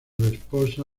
esposa